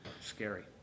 Scary